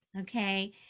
okay